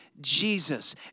Jesus